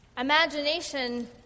imagination